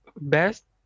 Best